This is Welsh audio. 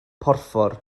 porffor